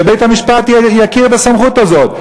ובית-המשפט יכיר בסמכות הזאת.